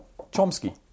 Chomsky